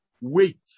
Wait